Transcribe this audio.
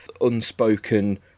unspoken